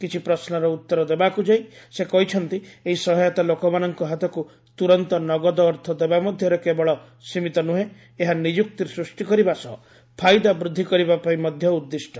କିଛି ପ୍ରଶ୍ୱର ଉତ୍ତର ଦେବାକୁ ଯାଇ ସେ କହିଛନ୍ତି ଏହି ସହାୟତା ଲୋକମାନଙ୍କ ହାତକୁ ତୁରନ୍ତ ନଗଦ ଅର୍ଥ ଦେବା ମଧ୍ୟରେ କେବଳ ସୀମିତ ନୁହେଁ ଏହା ନିଯୁକ୍ତି ସୃଷ୍ଟି କରିବା ସହ ଫାଇଦା ବୃଦ୍ଧି କରିବା ପାଇଁ ମଧ୍ୟ ଉଦ୍ଦିଷ୍ଟ